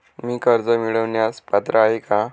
मी कर्ज मिळवण्यास पात्र आहे का?